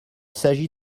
s’agit